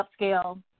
upscale